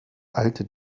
alte